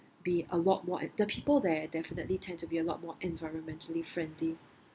be a lot more uh the people there definitely tend to be a lot more environmentally friendly